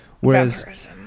Whereas